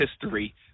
history